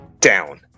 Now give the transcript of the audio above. down